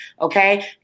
okay